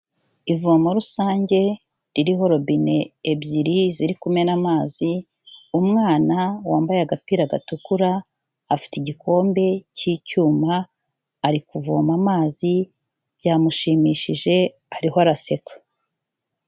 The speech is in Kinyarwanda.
Ivomo rusange ririho robine ebyiri ziri kumena amazi, umwana wambaye agapira gatukura afite igikombe cy'icyuma ari kuvoma amazi byamushimishije ariho araseka.